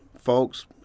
folks